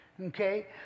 okay